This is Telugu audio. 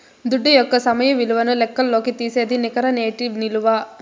దుడ్డు యొక్క సమయ విలువను లెక్కల్లోకి తీసేదే నికర నేటి ఇలువ